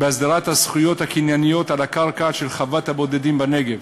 בהסדרת הזכויות הקנייניות על הקרקע של חוות הבודדים בנגב.